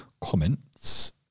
comments